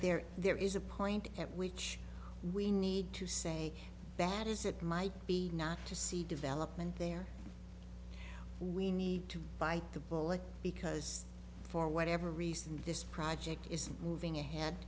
there there is a point at which we need to say that is it might be not to see development there we need to bite the bullet because for whatever reason this project isn't moving ahead